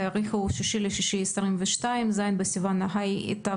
התאריך הוא 6 ביוני 2022, ז' בסיוון התשפ"ב.